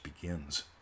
begins